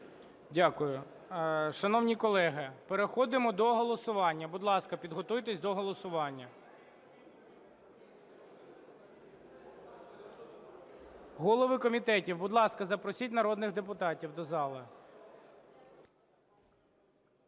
Дякую. Шановні колеги, переходимо до голосування. Будь ласка, підготуйтесь до голосування. Голови комітетів, будь ласка, запросіть народних депутатів до зали.